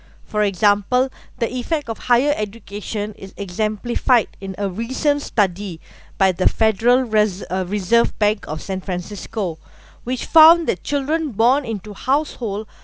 for example the effect of higher education is exemplified in a recent study by the federal reser~ uh reserve bank of san francisco which found that children born into household